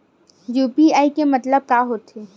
UPI के मतलब का होथे?